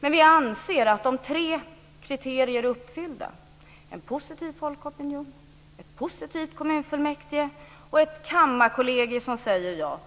Men vi anser att det borde till synnerliga skäl för att regeringen ska säga nej om tre kriterier är uppfyllda - en positiv folkopinion, en positiv kommunfullmäktige och ett kammarkollegium som säger ja.